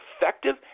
effective